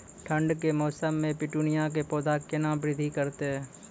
ठंड के मौसम मे पिटूनिया के पौधा केना बृद्धि करतै?